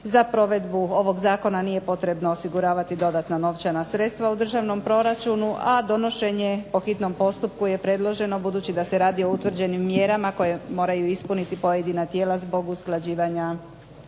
Za provedbu ovog zakona nije potrebno osiguravati dodatna novčana sredstva u državnom proračunu, a donošenje po hitnom postupku je predloženo, budući da se radi o utvrđenim mjerama koje moraju ispuniti pojedina tijela zbog usklađivanja